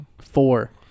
Four